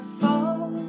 fall